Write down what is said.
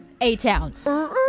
A-Town